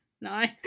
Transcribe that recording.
Nice